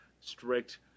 strict